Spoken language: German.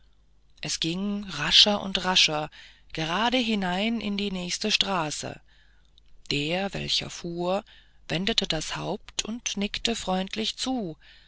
es ging rascher und rascher gerade hinein in die nächste straße der welcher fuhr wendete das haupt und nickte freundlich zu